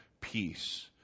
peace